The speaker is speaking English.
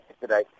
today